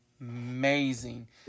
amazing